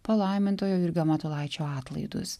palaimintojo jurgio matulaičio atlaidus